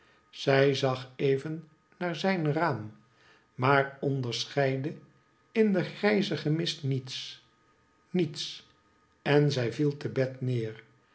zij zag even naar zijn raam maar onderscheidde in den grijzigen mist niets niets en zij viel ce bed neer